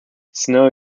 snow